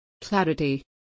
Clarity